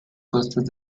costes